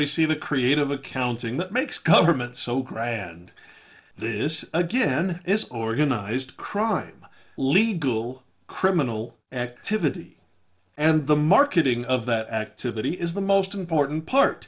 we see the creative accounting that makes government so grand this again is organized crime legal criminal activity and the marketing of that activity is the most important part